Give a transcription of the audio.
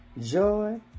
Joy